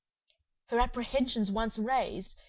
her apprehensions once raised,